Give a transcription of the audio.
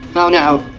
oh no!